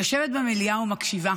יושבת במליאה ומקשיבה,